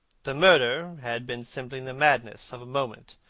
the murder had been simply the madness of a moment.